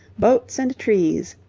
boats and trees,